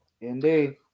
Indeed